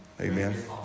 amen